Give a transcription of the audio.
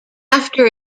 after